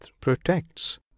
protects